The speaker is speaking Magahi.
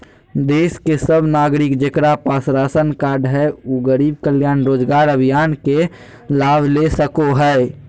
देश के सब नागरिक जेकरा पास राशन कार्ड हय उ गरीब कल्याण रोजगार अभियान के लाभ ले सको हय